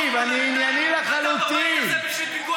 אני רוצה פיקוח פרלמנטרי.